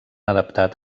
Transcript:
adaptat